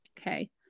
Okay